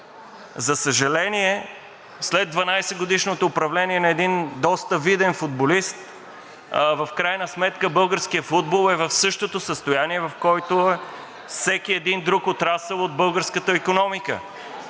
За съжаление, след 12-годишното управление на един доста виден футболист в крайна сметка българският футбол е в същото състояние, в който всеки един друг отрасъл от българската икономика.